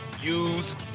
use